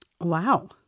Wow